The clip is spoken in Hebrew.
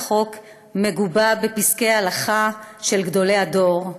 החוק מגובה בפסקי הלכה של גדולי הדור,